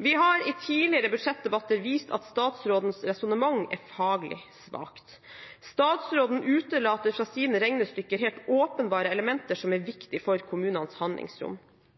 Vi har i tidligere budsjettdebatter vist at statsrådens resonnement er faglig svakt. Statsråden utelater fra sine regnestykker helt åpenbare elementer som er